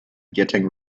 getting